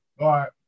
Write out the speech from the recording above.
Right